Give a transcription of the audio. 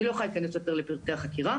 אני לא יכולה להיכנס יותר לפרטי החקירה